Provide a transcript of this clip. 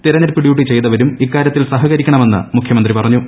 തിരഞ്ഞെടുപ്പ് ഡ്യൂട്ടി ചെയ്തവരും ഇക്കാര്യത്തിൽ സഹകരിക്കണമെന്ന് മുഖ്യമന്ത്രി പറഞ്ഞു